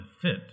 fit